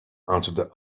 answered